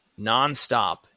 nonstop